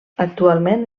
actualment